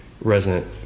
resonant